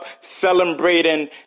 celebrating